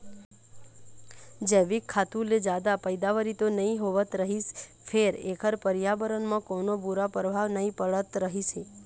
जइविक खातू ले जादा पइदावारी तो नइ होवत रहिस फेर एखर परयाबरन म कोनो बूरा परभाव नइ पड़त रहिस हे